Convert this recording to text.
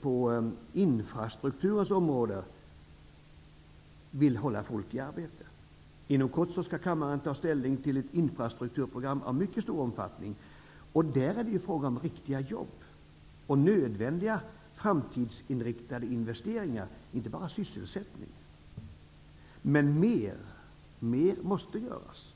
på infrastrukturens område, vill hålla folk i arbete. Inom kort skall man ta ställning till ett infrastrukturprogram av mycket stor omfattning. Där är det ju fråga om riktiga jobb och nödvändiga framtidsinriktade investeringar, inte bara sysselsättning. Men mer måste göras.